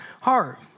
heart